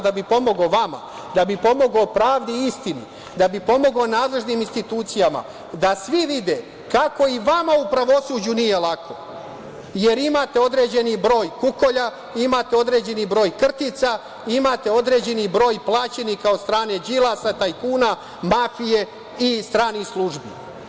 Da bi pomogao vama, da bi pomogao pravdi i istini, da bi pomogao nadležnim institucijama, da svi vide kako i vama u pravosuđu nije lako, jer imate određeni broj kukolja, imate određeni broj krtica, imate određeni broj plaćenika od strane Đilasa, tajkuna, mafije i stranih službi.